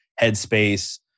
headspace